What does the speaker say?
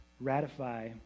ratify